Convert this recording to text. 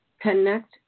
connect